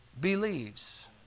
believes